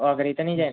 ઓગળી તો નહીં જાય ને